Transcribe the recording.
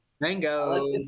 Mango